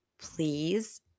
please